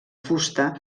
fusta